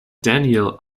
daniel